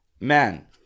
Man